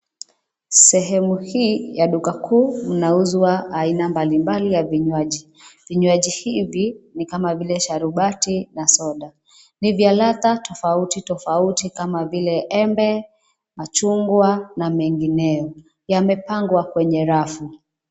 Sehemu hii ya duka kuu inauzwa aina mbalimbali ya vinywaji. Vinywaji hivi ni kama vile sarumbati na soda. Ni vya ladha tofautitofauti kama vile embe, machungwa na mengineyo, yamepangwa kwenye rafu.